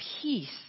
peace